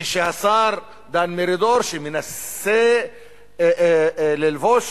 כשהשר דן מרידור, שמנסה ללבוש,